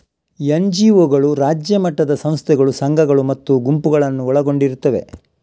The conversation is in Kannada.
ಎನ್.ಜಿ.ಒಗಳು ರಾಜ್ಯ ಮಟ್ಟದ ಸಂಸ್ಥೆಗಳು, ಸಂಘಗಳು ಮತ್ತು ಗುಂಪುಗಳನ್ನು ಒಳಗೊಂಡಿರುತ್ತವೆ